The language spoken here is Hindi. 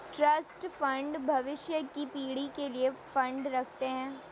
ट्रस्ट फंड भविष्य की पीढ़ी के लिए फंड रखते हैं